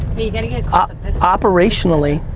hey, you gotta yeah ah operationally,